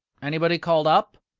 anybody called up?